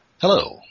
Hello